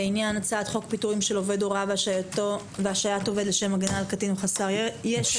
הצעת חוק פיטורין של עובד הוראה והשעיית עובד לשם הגנה על קטין חסר ישע,